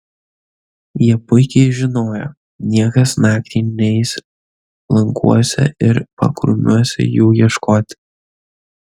jie puikiai žinojo niekas naktį neis laukuose ir pakrūmiuose jų ieškoti